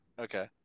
Okay